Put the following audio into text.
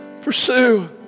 pursue